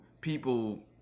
people